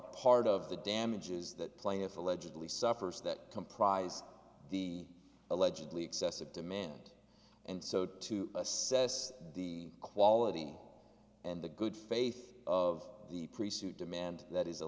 part of the damages that plaintiff allegedly suffers that comprise the allegedly excessive demand and so to assess the quality and the good faith of the priest who demand that is